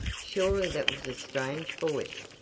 surely that was a strange voice.